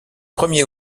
premier